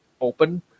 open